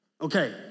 Okay